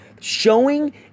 showing